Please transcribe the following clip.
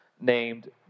named